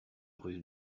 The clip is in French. ruse